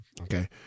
Okay